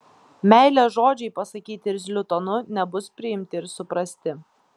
meilės žodžiai pasakyti irzliu tonu nebus priimti ir suprasti